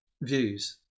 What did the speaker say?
views